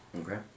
Okay